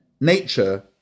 Nature